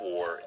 War